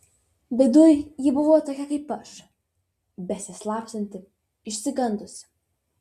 viduj ji buvo tokia kaip aš besislapstanti išsigandusi